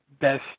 best